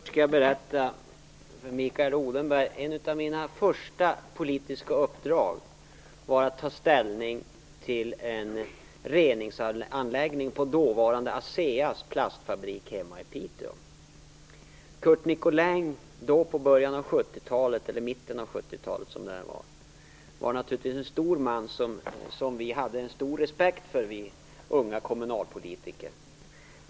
Fru talman! Jag skall berätta för Mikael Odenberg att ett av mina första politiska uppdrag var att ta ställning till en reningsanläggning på dåvarande talet. Curt Nicolin var då en stor man som vi unga kommunalpolitiker hade stor respekt för.